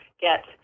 get